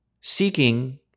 seeking